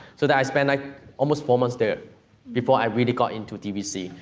so that i spent like almost four months there before i really got into dvc.